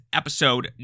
episode